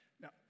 Now